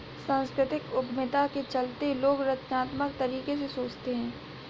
सांस्कृतिक उद्यमिता के चलते लोग रचनात्मक तरीके से सोचते हैं